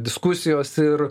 diskusijos ir